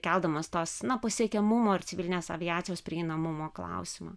keldamos tos na pasiekiamumo ir civilinės aviacijos prieinamumo klausimą